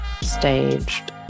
staged